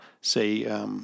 say